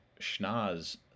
Schnoz